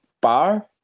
Bar